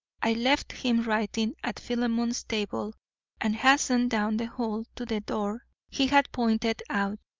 i left him writing at philemon's table and hastened down the hall to the door he had pointed out.